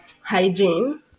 hygiene